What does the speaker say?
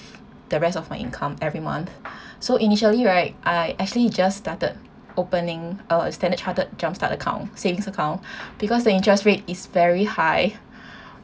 the rest of my income every month so initially right I actually just started opening a Standard Chartered JumpStart account savings account because the interest rate is very high